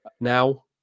now